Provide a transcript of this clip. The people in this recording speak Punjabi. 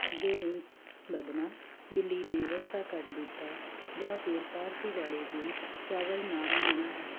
ਅੱਗੇ ਨਹੀਂ ਵੱਧਣਾ ਬਿੱਲੀ ਨੇ ਰਸਤਾ ਕੱਟ ਦਿੱਤਾ ਜਾਂ ਫਿਰ ਕਾਰਸੀ ਵਾਲੇ ਦਿਨ ਚਾਵਲ ਨਾ ਬਣਾਉਣਾ ਆਦਿ